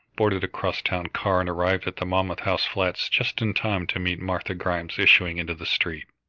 boarded a cross-town car, and arrived at the monmouth house flats just in time to meet martha grimes issuing into the street.